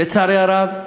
לצערי הרב,